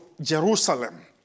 Jerusalem